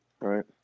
right